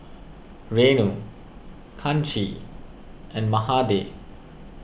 Renu Kanshi and Mahade